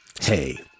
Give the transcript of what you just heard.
Hey